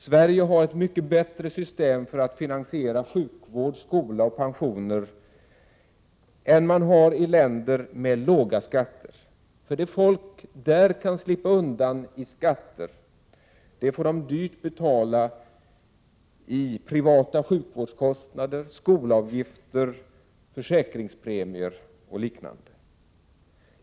Sverige har ett mycket bättre system för att finansiera sjukvård, skola och pensioner än man har i länder med låga skatter. Det som folk där kan slippa undan i skatter får de dyrt betala i privata sjukvårdskostnader, skolavgifter, försäkringspremier och liknande.